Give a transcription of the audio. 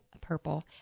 purple